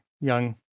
young